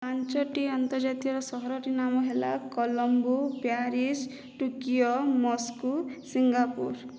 ପାଞ୍ଚଟି ଆନ୍ତର୍ଜାତୀୟର ସହରର ନାମ ହେଲା Colombo Paris Tokyo Moscow Singapore